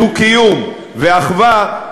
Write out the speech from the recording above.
דו-קיום ואחווה,